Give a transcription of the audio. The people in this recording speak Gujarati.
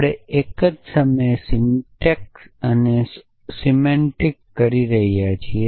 આપણે એક જ સમયે સિન્ટેક્સ અને અર્થ કરી રહ્યા છીએ